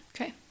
Okay